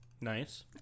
Nice